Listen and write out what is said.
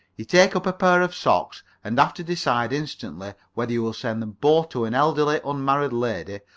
you take up a pair of socks and have to decide instantly whether you will send them both to an elderly unmarried lady,